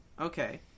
okay